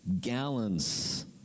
gallons